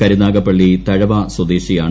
കരുനാഗപ്പള്ളി തഴവാ സ്വദേശിയാണ്